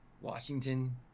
washington